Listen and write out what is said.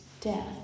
death